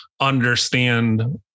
understand